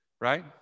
right